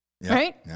right